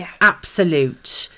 absolute